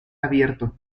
abierto